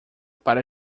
para